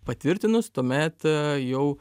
patvirtinus tuomet jau